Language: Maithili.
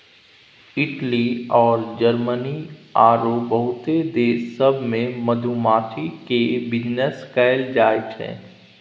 इटली अउर जरमनी आरो बहुते देश सब मे मधुमाछी केर बिजनेस कएल जाइ छै